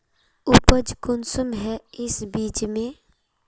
उपज कुंसम है इस बीज में?